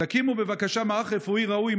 שתקימו בבקשה מערך רפואי ראוי,